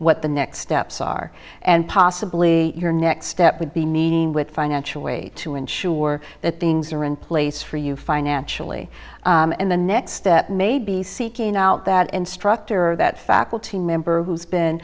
what the next steps are and possibly your next step would be meeting with financial way to ensure that the ngs are in place for you financially and the next step may be seeking out that instructor or that faculty member who has been